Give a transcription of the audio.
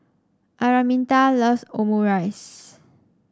Araminta loves Omurice